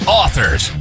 authors